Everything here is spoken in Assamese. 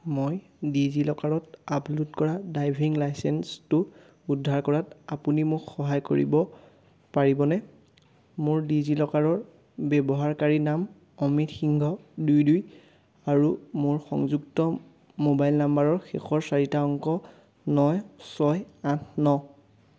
মই ডিজিলকাৰত আপলোড কৰা ড্ৰাইভিং লাইচেন্সটো উদ্ধাৰ কৰাত আপুনি মোক সহায় কৰিব পাৰিবনে মোৰ ডিজিলকাৰৰ ব্যৱহাৰকাৰী নাম অমিত সিংঘ দুই দুই আৰু মোৰ সংযুক্ত মোবাইল নাম্বাৰৰ শেষৰ চাৰিটা অংক ন ছয় আঠ ন